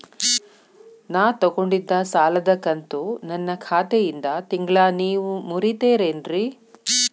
ನಾ ತೊಗೊಂಡಿದ್ದ ಸಾಲದ ಕಂತು ನನ್ನ ಖಾತೆಯಿಂದ ತಿಂಗಳಾ ನೇವ್ ಮುರೇತೇರೇನ್ರೇ?